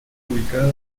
ubicada